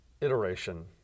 iteration